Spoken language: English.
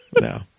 No